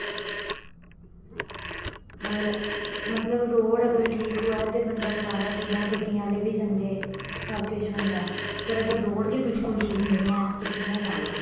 होर मतलब रोड़ अगर ठीक होऐ ते बंदा सारे जंदा गड्डियें आह्ले बी जंदे सब किश होंदा पर अगर रोड़ गै बिल्कुल ठीक निं ऐ ते कि'यां जाना